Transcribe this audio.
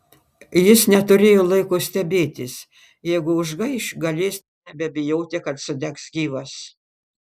jis neturėjo laiko stebėtis jeigu užgaiš galės nebebijoti kad sudegs gyvas